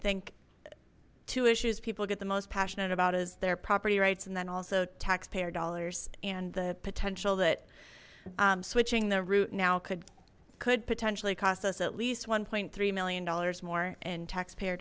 think two issues people get the most passionate about is their property rights and then also taxpayer dollars and the potential that switching the route now could could potentially cost us at least one three million dollars more in taxpayer